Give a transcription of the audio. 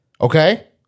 Okay